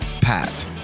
Pat